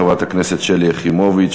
חברת הכנסת שלי יחימוביץ.